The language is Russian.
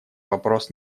вопрос